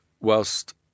whilst